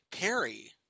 Perry